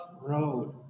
road